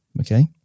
Okay